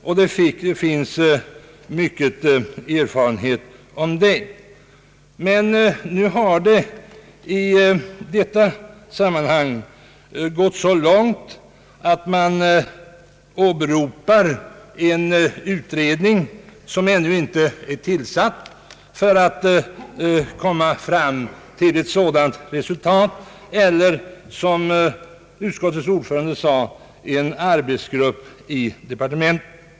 I det här sammanhanget har det emellertid gått så långt att utskottet åberopar en utredning som ännu inte är tillsatt eller, som utskottets ordförande sade, en arbetsgrupp i departementet.